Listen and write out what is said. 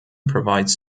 provides